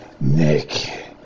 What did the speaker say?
nick